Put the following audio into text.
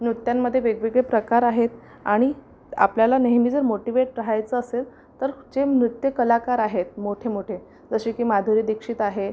नृत्यांमध्ये वेगवेगळे प्रकार आहेत आणि आपल्याला नेहमी जर मोटिवेट रहायचं असेल तर जे नृत्यकलाकार आहेत मोठेमोठे जसे की माधुरी दीक्षित आहे